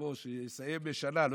בוא, שיסיים שנה,